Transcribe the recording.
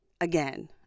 again